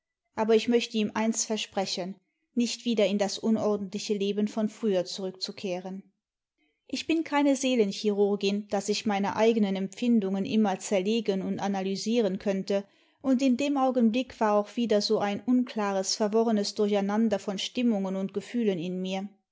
aber ich möchte ihm eins versprechen nicht wieder in das unordentliche leben von früher zurückzukehren ich bin keine seelenchirurgin daß ich meine eigenen empfindungen immer zerlegen xmd analysieren könnte und in dem augenblick war auch wieder so ein imklares verworrenes durcheinander von stimmungen und gefühlen in mir